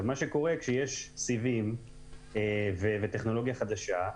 מה שקורה זה שכשיש סיבים וטכנולוגיה חדשה,